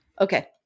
Okay